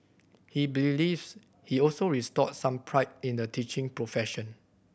he believes he also restored some pride in the teaching profession